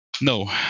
No